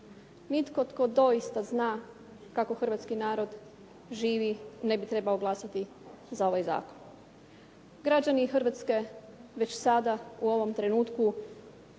Nitko tko doista zna kako hrvatski narod živi, ne bi trebao glasati za ovaj zakon. Građani Hrvatske već sada u ovom trenutku